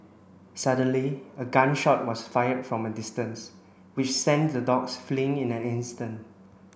suddenly a gun shot was fired from a distance which sent the dogs fleeing in an instant